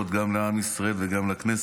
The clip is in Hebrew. גם לעם ישראל וגם לכנסת.